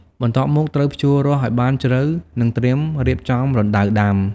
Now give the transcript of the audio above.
បន្ទាប់មក ត្រូវភ្ជួររាស់ឱ្យបានជ្រៅ និងត្រៀមរៀបចំរណ្តៅដាំ។